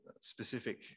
specific